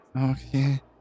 Okay